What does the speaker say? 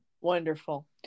Wonderful